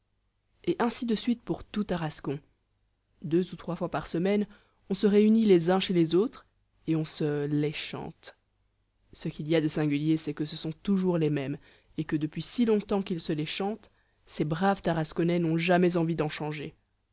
et ainsi de suite pour tout tarascon deux ou trois fois par semaine on se réunit les uns chez les autres et on se les chante ce qu'il y a de singulier c'est que ce sont toujours les mêmes et que depuis si longtemps qu'ils se les chantent ces braves tarasconnais n'ont jamais envie d'en changer